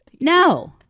No